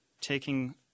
taking